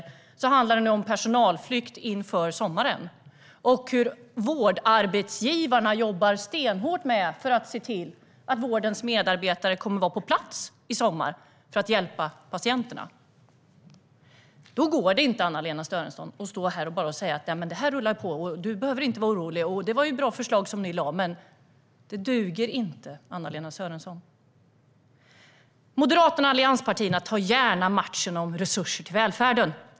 Överallt handlar det om personalflykt inför sommaren och om hur vårdarbetsgivarna stenhårt jobbar med att se till att vårdens medarbetare kommer att finnas på plats i sommar för att hjälpa patienterna. Då går det inte, Anna-Lena Sörenson, att stå här och bara säga att allt rullar på, att jag inte behöver vara orolig och att vi lade fram bra förslag. Detta duger inte, Anna-Lena Sörenson. Moderaterna och allianspartierna tar gärna en match om resurser till välfärden.